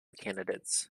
candidates